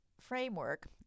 framework